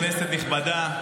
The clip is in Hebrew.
כנסת נכבדה,